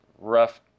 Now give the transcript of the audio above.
rough